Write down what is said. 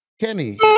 Kenny